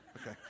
okay